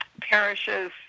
parishes